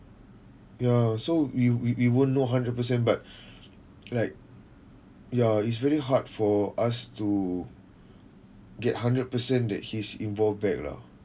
ya so we we we won't know hundred percent but like ya it's very hard for us to get hundred percent that he's involved back lah